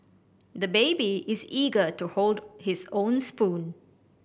the baby is eager to hold his own spoon